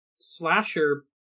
Slasher